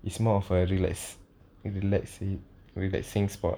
it's more of a relax relaxi~ relaxing spot